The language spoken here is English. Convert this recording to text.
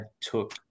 took